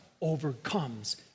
overcomes